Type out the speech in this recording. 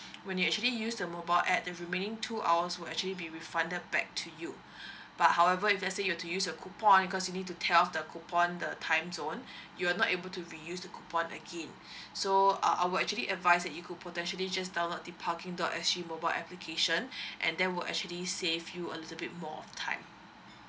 when you actually use the mobile A_P_P the remaining two hours will actually be refunded back to you but however if let's say you want to use your coupon cause you need to tear off the coupon the timezone you're not able to reuse the coupon again so uh I will actually advise that you could potentially just download the parking dot s g mobile application and then will actually save you a little bit more on time